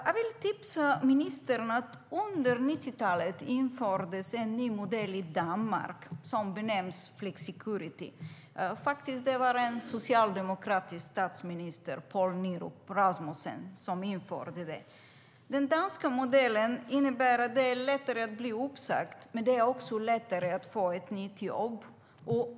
Jag vill tipsa ministern om att det under 90-talet infördes en ny modell i Danmark som benämns flexicurity. Det var faktiskt en socialdemokratisk statsminister, Poul Nyrup Rasmussen, som införde modellen. Den danska modellen innebär att det är lättare att bli uppsagd men också att det är lättare att få ett nytt jobb.